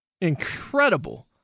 Incredible